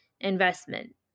investment